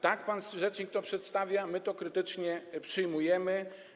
Tak pan rzecznik to przedstawia, a my to krytycznie przyjmujemy.